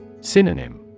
Synonym